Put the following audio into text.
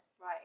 Right